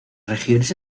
regiones